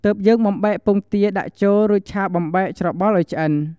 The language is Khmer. ទើបយើង បំបែកពងទាដាក់ចូល រួចឆាបំបែកច្របល់ឱ្យឆ្អិន។